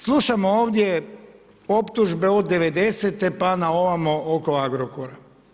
Slušamo ovdje optužbe od '90-te pa na ovamo oko Agrokora.